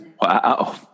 wow